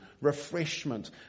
refreshment